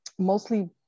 mostly